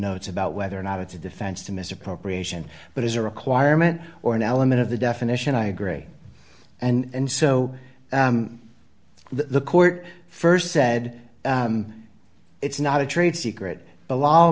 notes about whether or not it's a defense to misappropriation but as a requirement or an element of the definition i agree and so the court st said it's not a trade secret below